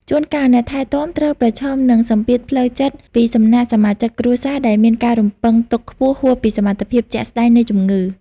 ជួនកាល អ្នកថែទាំត្រូវប្រឈមនឹងសម្ពាធផ្លូវចិត្តពីសំណាក់សមាជិកគ្រួសារ ដែលមានការរំពឹងទុកខ្ពស់ហួសពីស្ថានភាពជាក់ស្តែងនៃជំងឺ។